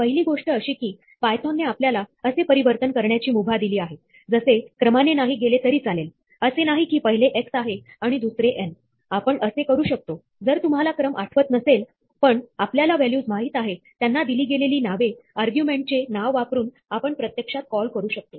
पहिली गोष्ट अशी की पायथोन ने आपल्याला असे परिवर्तन करण्याची मुभा दिली आहे जसे क्रमाने नाही गेले तरी चालेल असे नाही की पहिले x आहे आणि दुसरे n आपण असे करू शकतो जर तुम्हाला क्रम आठवत नसेल पण आपल्याला व्हॅल्यूज माहित आहे त्यांना दिली गेलेली नावे आर्ग्युमेंट चे नाव वापरून आपण प्रत्यक्षात कॉल करू शकतो